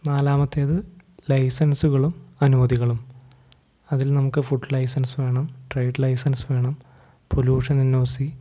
നാലാമത്തേത് ലൈസൻസുകളും അനുമതികളും അതിൽ നമുക്ക് ഫുഡ് ലൈസൻസ് വേണം ട്രെയ്ഡ് ലൈസൻസ് വേണം പൊലൂഷൻ എന്നോസി